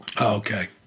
Okay